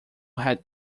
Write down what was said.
had